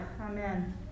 Amen